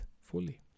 fully